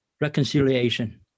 reconciliation